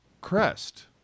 crest